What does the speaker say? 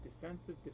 defensive